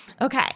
Okay